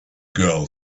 girl